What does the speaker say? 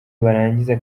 barangije